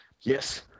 Yes